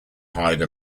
hide